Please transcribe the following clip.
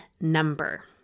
number